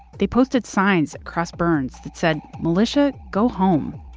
they posted signs across burns that said, militia, go home.